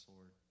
Lord